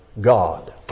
God